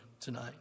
tonight